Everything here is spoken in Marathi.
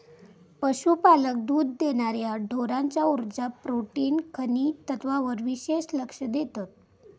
पशुपालक दुध देणार्या ढोरांच्या उर्जा, प्रोटीन, खनिज तत्त्वांवर विशेष लक्ष देतत